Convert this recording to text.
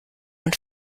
man